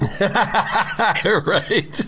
Right